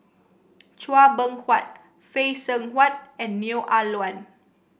Chua Beng Huat Phay Seng Whatt and Neo Ah Luan